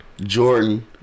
Jordan